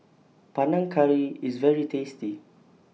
Panang Curry IS very tasty